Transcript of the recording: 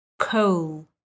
coal